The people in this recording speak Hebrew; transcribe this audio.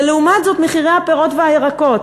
ולעומת זאת מחירי הפירות והירקות,